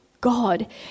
God